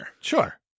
Sure